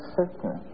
certain